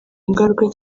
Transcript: ingaruka